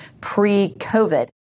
pre-COVID